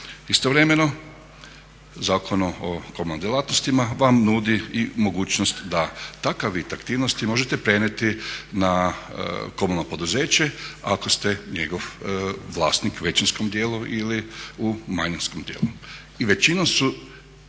Istovremeno Zakon o komunalnim djelatnostima vam nudi i mogućnost da takav vid aktivnosti možete prenijeti na komunalno poduzeće ako ste njegov vlasnik u većinskom dijelu ili u manjinskom dijelu.